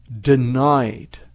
denied